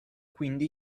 quindi